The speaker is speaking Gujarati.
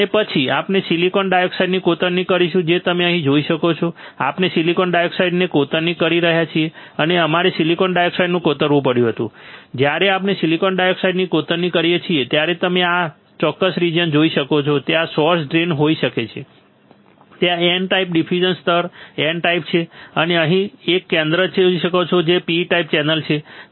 અને પછી આપણે સિલિકોન ડાયોક્સાઈડની કોતરણી કરીશું જે તમે અહીં જોઈ શકો છો આપણે સિલીકોન ડાયોક્સાઈડને કોતરણી એચિંગ કરી રહ્યા છીએ અને અમારે સિલિકોન ડાયોક્સાઈડ કોતરવું પડ્યું હતું જ્યારે આપણે સિલિકોન ડાયોક્સાઈડની કોતરણી કરીએ છીએ ત્યારે તમે આ ચોક્કસ રીજીયન જોશો જ્યાં તમે સોર્સ ડ્રેઇન જોઈ શકો છો ત્યાં N ટાઈપ ડિફ્યુઝન સ્તર N ટાઇપ છે અને તમે અહીં એક કેન્દ્ર જોઈ શકો છો જે P ટાઇપ ચેનલ છે